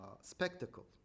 spectacle